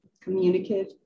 communicative